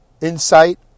Insight